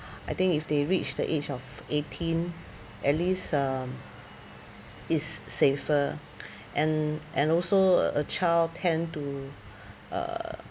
I think if they reach the age of eighteen at least um is safer and and also a child tend to uh